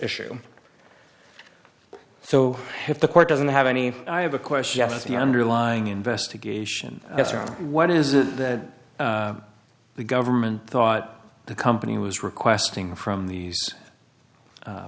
issue so if the court doesn't have any i have a question as to the underlying investigation as to what is it that the government thought the company was requesting from these